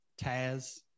Taz